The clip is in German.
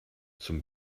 zum